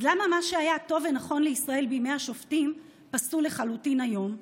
אז למה מה שהיה טוב ונכון לישראל בימי השופטים פסול לחלוטין היום?